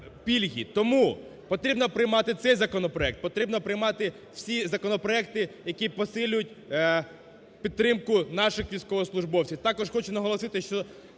Тому потрібно приймати цей законопроект, потрібно приймати всі законопроекти, які посилюють підтримку наших військовослужбовців.